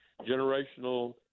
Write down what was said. generational